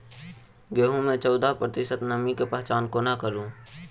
गेंहूँ मे चौदह प्रतिशत नमी केँ पहचान कोना करू?